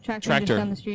tractor